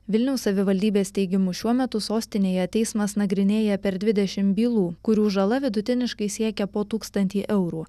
vilniaus savivaldybės teigimu šiuo metu sostinėje teismas nagrinėja per dvidešimt bylų kurių žala vidutiniškai siekia po tūkstantį eurų